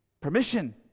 permission